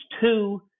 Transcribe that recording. two